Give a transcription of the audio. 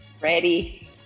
Ready